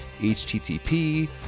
HTTP